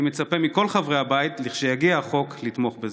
אני מצפה מכל חברי הבית, לכשיגיע החוק, לתמוך בזה.